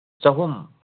ꯆꯍꯨꯝ